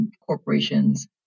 corporations